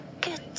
good